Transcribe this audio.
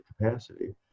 capacity